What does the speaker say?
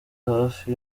hafi